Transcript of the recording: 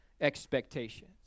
expectations